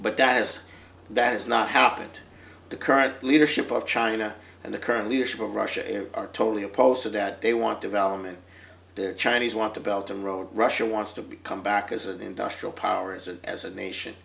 but that is that is not happened the current leadership of china and the current leadership of russia are totally opposed to that they want development the chinese want to belt a road russia wants to become back as an industrial powers and as a nation